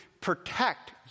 protect